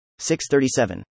637